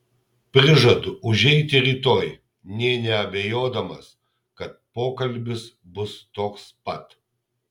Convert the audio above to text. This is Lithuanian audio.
prižadu užeiti rytoj nė neabejodamas kad pokalbis bus toks pat